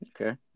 Okay